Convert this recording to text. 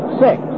six